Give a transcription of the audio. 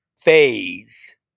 phase